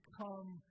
come